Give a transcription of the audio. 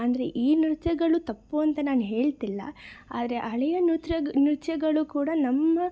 ಅಂದರೆ ಈ ನೃತ್ಯಗಳು ತಪ್ಪು ಅಂತ ನಾನು ಹೇಳ್ತಿಲ್ಲ ಆದರೆ ಹಳೆಯ ನೃತ್ಯಗಳು ಕೂಡ ನಮ್ಮ